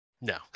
No